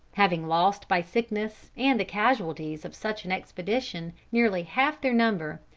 having lost by sickness and the casualties of such an expedition nearly half their number,